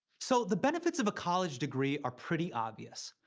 so, the benefits of a college degree are pretty obvious.